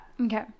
okay